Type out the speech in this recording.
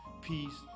peace